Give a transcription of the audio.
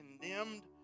condemned